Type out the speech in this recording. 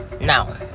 now